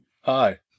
Hi